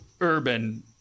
urban